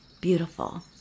Beautiful